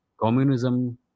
communism